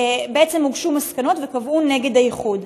הוגשו מסקנות וקבעו נגד האיחוד.